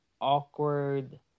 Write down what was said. awkward